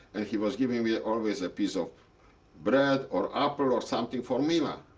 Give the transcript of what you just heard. and he was giving me always a piece of bread or apple or something for mila.